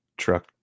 Truck